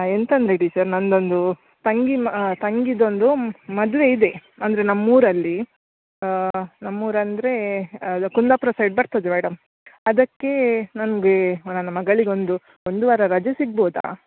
ಎಂತ ಅಂದರೆ ಟೀಚರ್ ನಂದು ಒಂದು ತಂಗಿ ಮ ತಂಗಿದೊಂದು ಮದುವೆ ಇದೆ ಅಂದರೆ ನಮ್ಮೂರಲ್ಲಿ ನಮ್ಮೂರು ಅಂದರೆ ಅದು ಕುಂದಾಪುರ ಸೈಡ್ ಬರ್ತದೆ ಮೇಡಮ್ ಅದಕ್ಕೆ ನನಗೆ ನನ್ನ ಮಗಳಿಗೊಂದು ಒಂದು ವಾರ ರಜೆ ಸಿಗ್ಬೌದಾ